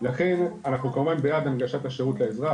לכן אנחנו כמובן בעד הנגשת השירות לאזרח,